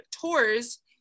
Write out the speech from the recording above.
tours